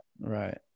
Right